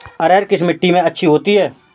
अरहर किस मिट्टी में अच्छी होती है?